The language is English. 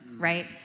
Right